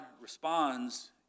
responds